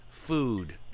food